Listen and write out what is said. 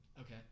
Okay